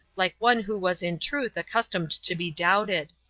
like one who was in truth accustomed to be doubted.